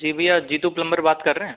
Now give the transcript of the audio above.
जी भैया जीतू प्लम्बर बात कर रहे हैं